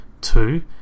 Two